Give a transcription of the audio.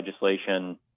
legislation